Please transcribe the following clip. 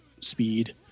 speed